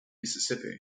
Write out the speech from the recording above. mississippi